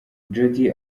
jody